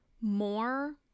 more